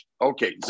Okay